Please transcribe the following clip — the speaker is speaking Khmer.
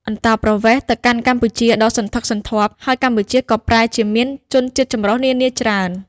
អន្តោប្រវេសន៍ ទៅកាន់កម្ពុជាដ៏សន្ធឹកសន្ធាប់ ហើយកម្ពុជាក៏ប្រែជាមានជនជាតិចម្រុះនានាច្រើន ។